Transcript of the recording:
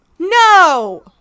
No